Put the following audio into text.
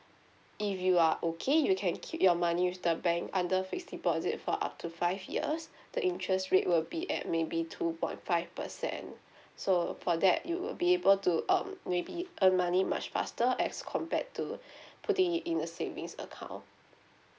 if you are okay you can keep your money with the bank under fixed deposit for up to five years the interest rate will be at maybe two point five percent so upon that you will be able to um maybe earn money much faster as compared to putting it in a savings account